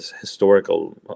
historical